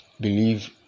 Believe